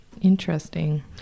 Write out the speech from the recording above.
Interesting